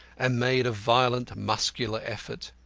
and made a violent muscular effort.